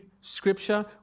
Scripture